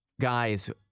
guys